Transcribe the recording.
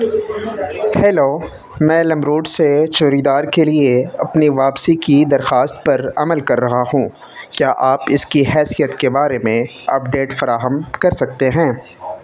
hello میں لمروڈ سے چوڑیدار کے لیے اپنی واپسی کی درخواست پر عمل کر رہا ہوں کیا آپ اس کی حیثیت کے بارے میں اپڈیٹ فراہم کر سکتے ہیں